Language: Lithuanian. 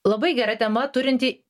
labai gera tema turinti